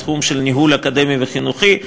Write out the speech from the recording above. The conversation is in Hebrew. באתי מתחום של ניהול אקדמי וחינוכי.